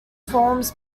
forms